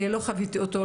אני לא חוויתי אותו,